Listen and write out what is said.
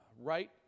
right